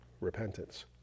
repentance